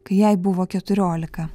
kai jai buvo keturiolika